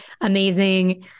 amazing